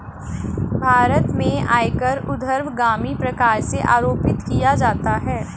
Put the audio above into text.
भारत में आयकर ऊर्ध्वगामी प्रकार से आरोपित किया जाता है